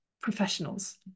professionals